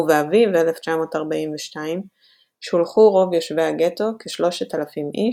ובאביב 1942 שולחו רוב יושבי הגטו, כ-3,000 איש,